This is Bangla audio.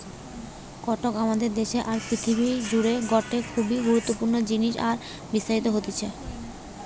কটন আমাদের দেশে আর পৃথিবী জুড়ে গটে খুবই গুরুত্বপূর্ণ জিনিস আর বিস্তারিত হতিছে